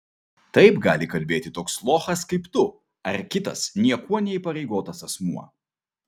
taip gali kalbėti toks lochas kaip tu ar kitas niekuo neįpareigotas asmuo